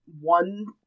one